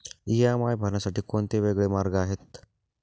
EMI भरण्यासाठी कोणते वेगवेगळे मार्ग आहेत?